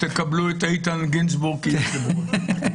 תקבלו את איתן גינזבורג כיושב-ראש...